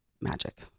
Magic